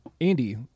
Andy